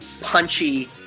punchy